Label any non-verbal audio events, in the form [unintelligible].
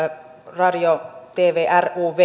radio tv ruv [unintelligible]